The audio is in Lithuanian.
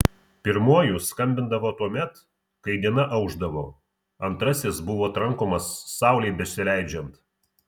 pirmuoju skambindavo tuomet kai diena aušdavo antrasis buvo trankomas saulei besileidžiant